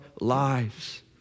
lives